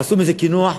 עשו מזה קינוח,